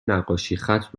نقاشیخط